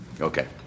Okay